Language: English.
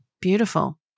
Beautiful